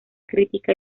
crítica